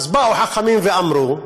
אז באו חכמים ואמרו: